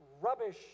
rubbish